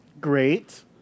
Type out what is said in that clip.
Great